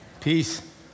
Peace